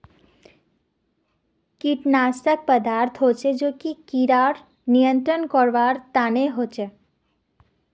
कीटनाशक पदार्थ हछेक जो कि किड़ाक नियंत्रित करवार तना हछेक